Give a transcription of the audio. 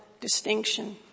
distinction